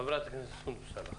חברת הכנסת סונדוס סאלח.